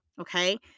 Okay